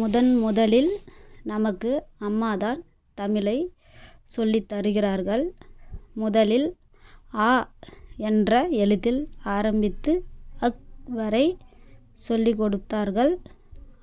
முதன் முதலில் நமக்கு அம்மா தான் தமிழை சொல்லித் தருகிறார்கள் முதலில் அ என்ற எழுத்தில் ஆரம்பித்து ஃ வரை சொல்லி கொடுத்தார்கள்